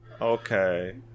okay